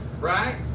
right